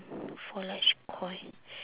four large koi